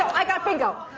i got bingo!